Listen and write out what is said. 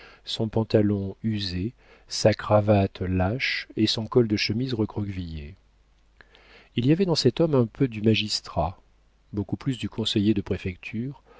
son pantalon usé sa cravate lâche et son col de chemise recroquevillé il y avait dans cet homme un peu du magistrat beaucoup plus du conseiller de préfecture